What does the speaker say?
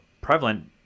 prevalent